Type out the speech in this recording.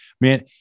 Man